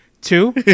two